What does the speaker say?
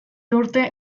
urte